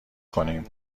کنیم